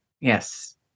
yes